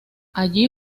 allí